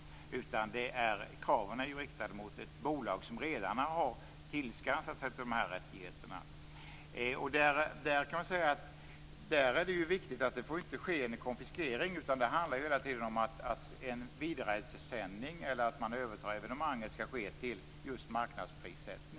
Kraven är ju riktade mot ett bolag som redan har tillskansat sig de här rättigheterna. Man kan säga att det är viktigt att det inte får ske en konfiskering, utan det handlar hela tiden om att en vidaresändning eller ett evenemang som man övertagit skall ske just till marknadsprissättning.